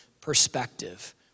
perspective